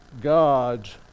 God's